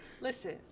Listen